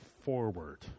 forward